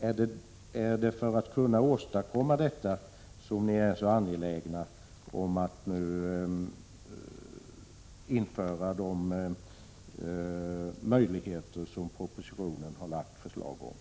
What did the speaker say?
Är det för att | kunna åstadkomma detta som ni är så angelägna om att nu skapa de möjligheter som föreslagits i propositionen?